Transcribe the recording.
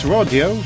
Radio